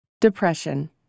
Depression